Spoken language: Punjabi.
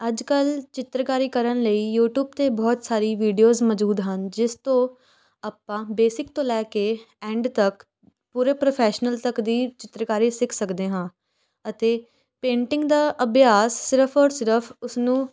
ਅੱਜ ਕੱਲ੍ਹ ਚਿੱਤਰਕਾਰੀ ਕਰਨ ਲਈ ਯੂਟਿਊਬ 'ਤੇ ਬਹੁਤ ਸਾਰੀ ਵੀਡੀਓਜ਼ ਮੌਜ਼ੂਦ ਹਨ ਜਿਸ ਤੋਂ ਆਪਾਂ ਬੇਸਿਕ ਤੋਂ ਲੈ ਕੇ ਐਂਡ ਤੱਕ ਪੂਰੇ ਪ੍ਰਫੈਸ਼ਨਲ ਤੱਕ ਦੀ ਚਿੱਤਰਕਾਰੀ ਸਿੱਖ ਸਕਦੇ ਹਾਂ ਅਤੇ ਪੇਂਟਿੰਗ ਦਾ ਅਭਿਆਸ ਸਿਰਫ ਔਰ ਸਿਰਫ ਉਸਨੂੰ